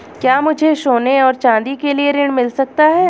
क्या मुझे सोने और चाँदी के लिए ऋण मिल सकता है?